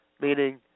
meaning